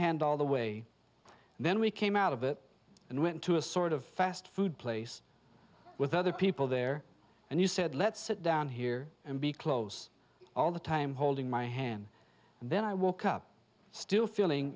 hand all the way and then we came out of it and went to a sort of fast food place with other people there and you said let's sit down here and be close all the time holding my hand and then i woke up still feeling